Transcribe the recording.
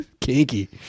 Kinky